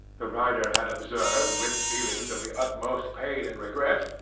the writer had observed, with feelings of the utmost pain and regret,